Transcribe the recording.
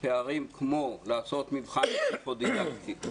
פערים כמו לעשות מבחן פסיכודידקטי,